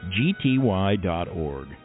gty.org